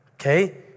okay